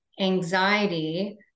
anxiety